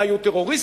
אלה היו טרוריסטים,